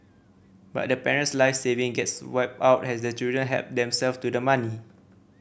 but the parent's life saving gets wiped out has the children help themselves to the money